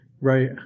Right